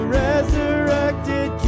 resurrected